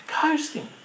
coasting